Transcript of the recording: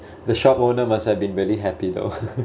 the shop owner must have been really happy though